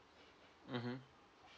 mmhmm